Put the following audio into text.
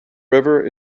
river